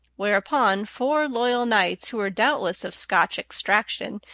whereupon four loyal knights, who were doubtless of scotch extraction,